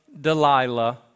Delilah